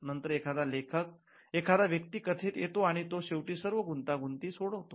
नंतर एखादा व्यक्ती कथेत येतो आणि तो शेवटी सर्व गुंता गुंती सोडवतो